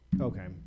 okay